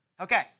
Okay